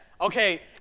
Okay